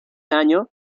año